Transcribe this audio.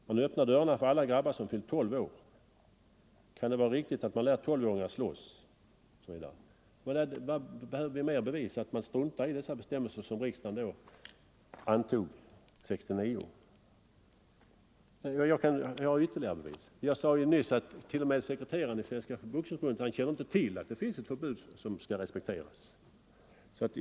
Man öppnar dörrarna för alla grabbar som fyllt 12 år. Kan det vara riktigt att man lär 12-åringar slåss?” Behöver vi fler bevis på att man struntar i de bestämmelser som riksdagen antog 1969? Jag har ytterligare bevis; jag sade ju nyss att t.o.m. sekreteraren i Svenska boxningsförbundet var ovetande om att det finns ett förbud som skall respekteras.